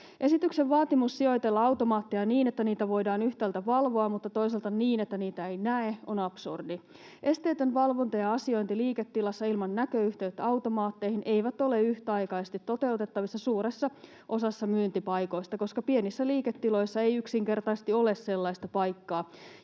Esityksen vaatimus sijoitella automaatteja yhtäältä niin, että niitä voidaan valvoa, mutta toisaalta niin, että niitä ei näe, on absurdi. Esteetön valvonta ja asiointi liiketilassa ilman näköyhteyttä automaatteihin eivät ole yhtäaikaisesti toteutettavissa suuressa osassa myyntipaikoista, koska pienissä liiketiloissa ei yksinkertaisesti ole sellaista paikkaa,